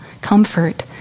Comfort